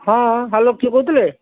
ହଁ ହ୍ୟାଲୋ କିଏ କହୁଥିଲେ